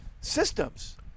systems